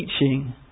teaching